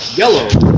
yellow